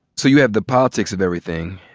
so you have the politics of everything,